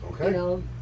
okay